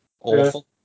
Awful